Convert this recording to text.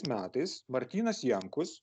metais martynas jankus